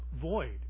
void